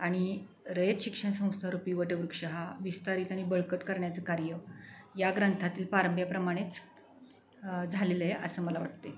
आणि रयत शिक्षण संस्थारूपी वटवृक्ष हा विस्तारित आणि बळकट करण्याचं कार्य या ग्रंथातील पारंब्याप्रमाणेच झालेलं आहे असं मला वाटते